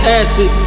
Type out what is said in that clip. acid